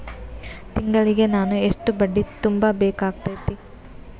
ತಿಂಗಳಿಗೆ ನಾನು ಎಷ್ಟ ಬಡ್ಡಿ ತುಂಬಾ ಬೇಕಾಗತೈತಿ?